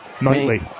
nightly